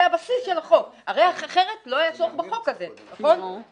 זה הבסיס של החוק, כי אחרת לא היה צורך בחוק, כי